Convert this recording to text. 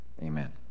Amen